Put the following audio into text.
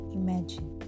imagine